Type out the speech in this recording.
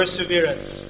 Perseverance